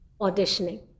auditioning